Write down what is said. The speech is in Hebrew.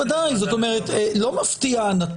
לא מפתיע.